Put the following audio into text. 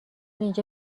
اینجا